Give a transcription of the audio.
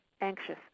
anxious